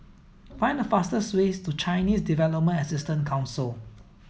find the fastest way to Chinese Development Assistance Council